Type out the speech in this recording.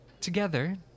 together